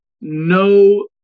No